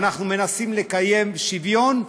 ואנחנו מנסים לקיים שוויון,